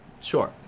Sure